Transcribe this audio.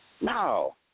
No